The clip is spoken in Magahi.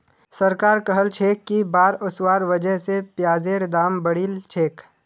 सरकार कहलछेक कि बाढ़ ओसवार वजह स प्याजेर दाम बढ़िलछेक